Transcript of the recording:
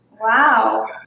Wow